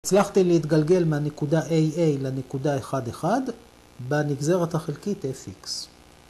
‫הצלחתי להתגלגל מהנקודה AA ‫לנקודה 11 בנגזרת החלקית FX.